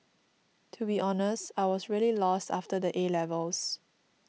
to be honest I was really lost after the 'A' levels